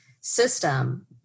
system